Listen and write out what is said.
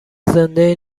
زنده